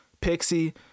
pixie